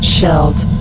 Shelled